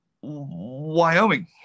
Wyoming